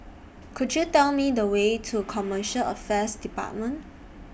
Could YOU Tell Me The Way to Commercial Affairs department